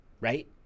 right